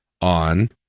on